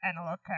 analog